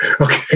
Okay